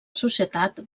societat